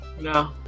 No